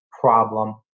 problem